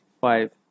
five